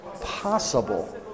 possible